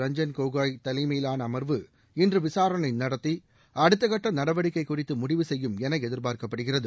ரஞ்சன் கோகோய் தலைமையிலான அமர்வு இன்று விசாரணை நடத்தி அடுத்தகட்ட நடவடிக்கை குறித்து முடிவு செய்யும் என எதிர்பார்க்கப்படுகிறது